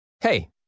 Hey